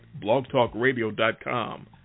blogtalkradio.com